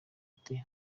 ati